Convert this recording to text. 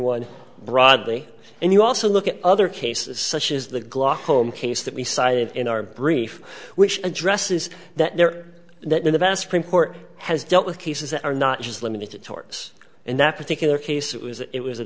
one broadly and you also look at other cases such as the glock home case that we cited in our brief which addresses that there that in the vast print court has dealt with cases that are not just limited to torts and that particular case it was it was a